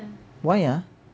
why ah